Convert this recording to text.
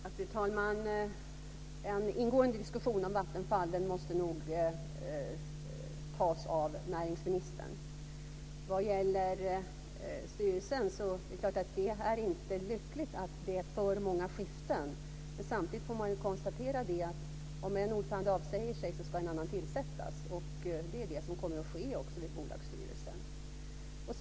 Fru talman! En ingående diskussion om Vattenfall måste nog tas av näringsministern. Vad gäller styrelsen är det naturligtvis inte lyckligt med för många skiften, men samtidigt får man ju konstatera att om en ordförande avsäger sig ska en annan tillsättas. Det är det som kommer att ske vid bolagsstyrelsen.